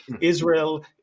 Israel